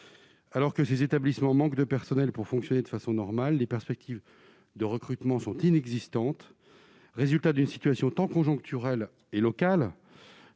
alors que ces établissements : manque de personnel pour fonctionner de façon normale, les perspectives de recrutement sont inexistantes, résultat d'une situation tant conjoncturels et locales